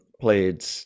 played